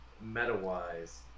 meta-wise